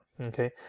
Okay